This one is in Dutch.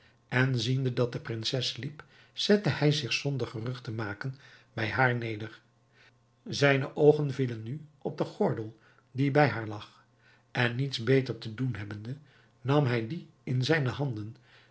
en ziende dat de prinses sliep zette hij zich zonder gerucht te maken bij haar neder zijne oogen vielen nu op den gordel die bij haar lag en niets beter te doen hebbende nam hij dien in zijne handen